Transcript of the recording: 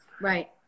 Right